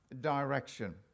direction